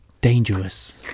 dangerous